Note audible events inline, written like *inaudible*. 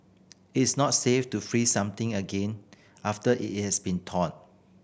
it is not safe to freeze something again after it *unintelligible* has been thawed